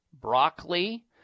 broccoli